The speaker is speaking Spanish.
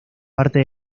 parte